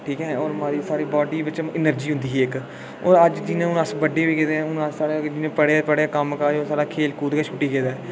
ठीक ऐ ते साढ़ी बाडी च अनर्जी औंदी ही इक अज्ज जियां हून अस बड्डे होई गेदे आं हून कम्म काज ते खेल कूद गै छुटी गेदा ऐ